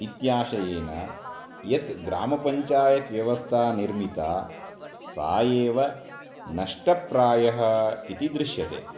इत्याशयेन यत् ग्रामपञ्चायत् व्यवस्था निर्मिता सा एव नष्टप्रायः इति दृश्यते